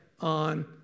on